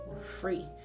free